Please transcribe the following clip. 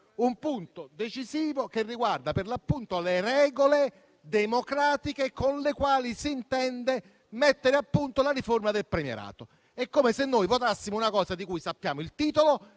punto decisivo che riguarda le regole democratiche con le quali si intende mettere a punto la riforma del premierato. È come se noi votassimo una cosa di cui conosciamo il titolo,